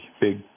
big